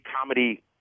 comedy